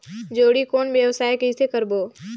जोणी कौन व्यवसाय कइसे करबो?